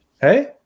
Hey